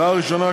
הודעה ראשונה,